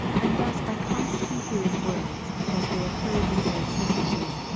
and thus by constantly hearing words, as they occurred in various sentences,